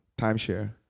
timeshare